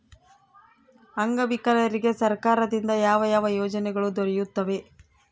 ಅಂಗವಿಕಲರಿಗೆ ಸರ್ಕಾರದಿಂದ ಯಾವ ಯಾವ ಯೋಜನೆಗಳು ದೊರೆಯುತ್ತವೆ?